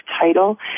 title